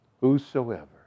whosoever